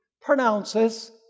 pronounces